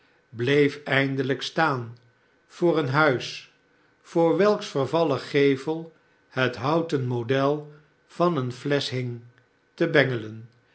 bleef eindelijk staan voor een huis voor welks vervallen gevel het houten model van een flesch hing te bengelen